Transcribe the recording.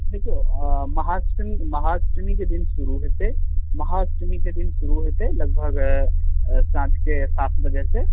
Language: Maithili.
देखियौ महाष्टमी महाष्टमी के दिन शुरू हेतै महाष्टमी के दिन शुरू हेतै लगभग साँझ के सात बजेसॅं